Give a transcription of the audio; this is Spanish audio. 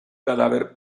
cadáver